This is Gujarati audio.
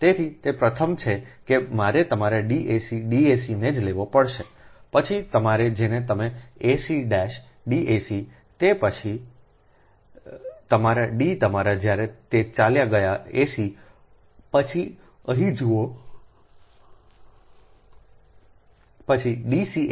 તેથી તે પ્રથમ છે કે મારે તમારા dac dac ને જ લેવો પડશે પછી તમારો જેને તમે ac dac' તે પછી તમારા D તમારા જ્યારે તે ચાલ્યા ગયા એસી પછી અહીં જુઓ પછી dca' એ